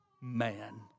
man